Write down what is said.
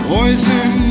Poison